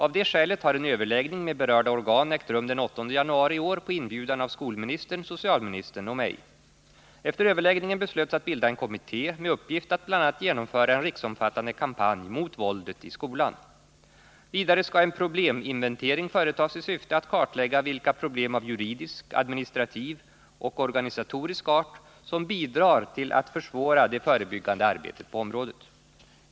Av det skälet har en överläggning med berörda organ ägt rum den 8 januari i år på inbjudan av skolministern, socialministern och mig. Efter överläggningen beslöts att bilda en kommitté med uppgift att bl.a. genomföra en riksomfattande kampanj mot våldet i skolan. Vidare skall en probleminventering företas i syfte att kartlägga vilka problem av juridisk, administrativ och organisatorisk art som bidrar till att försvåra det förebyggande arbetet på området.